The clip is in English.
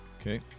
Okay